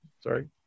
sorry